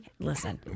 Listen